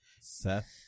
Seth